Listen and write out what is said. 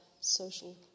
social